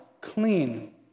clean